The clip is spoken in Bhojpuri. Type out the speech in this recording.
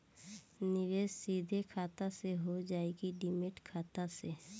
निवेश सीधे खाता से होजाई कि डिमेट खाता से?